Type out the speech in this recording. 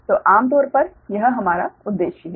इसलिए आम तौर पर यह हमारा उद्देश्य हैं